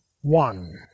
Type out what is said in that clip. one